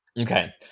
Okay